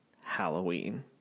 Halloween